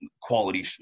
quality